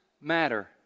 matter